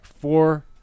Four